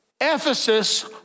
Ephesus